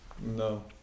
No